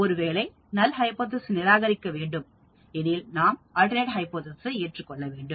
ஒருவேளை நாம் இப்போது நல் ஹைபோதேசிஸ் நிராகரிக்க வேண்டும் எனில் நாம் அல்டர்நெட் ஹைபோதேசிஸ்சை ஏற்றுக்கொள்ள வேண்டும்